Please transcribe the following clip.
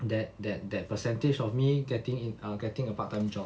that that that percentage of me getting in err getting a part time job